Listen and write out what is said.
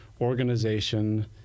organization